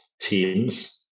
teams